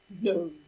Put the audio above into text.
no